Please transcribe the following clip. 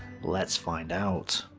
let's find out.